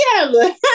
together